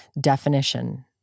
definition